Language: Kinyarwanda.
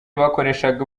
bakoreshaga